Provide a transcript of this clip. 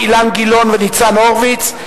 אילן גילאון וניצן הורוביץ,